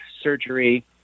surgery